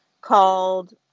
called